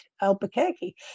Albuquerque